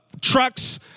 trucks